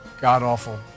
god-awful